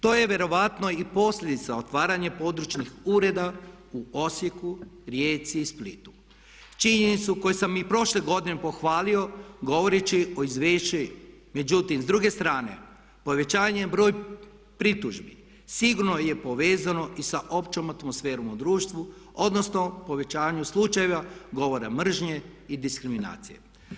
To je vjerojatno i posljedica otvaranje područnih ureda u Osijeku, Rijeci i Splitu, činjenicu koju sam i prošle godine pohvalio govoreći o … Međutim, s druge strane povećanjem broja pritužbi sigurno je povezano i sa općom atmosferom u društvu odnosno povećanju slučajeva govora mržnje i diskriminacije.